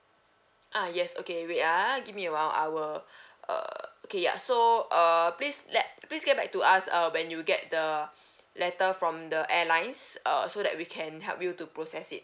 ah yes okay wait ah give me a while I will uh okay ya so uh please let please get back to us uh when you get the letter from the airlines uh so that we can help you to process it